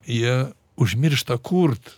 jie užmiršta kurt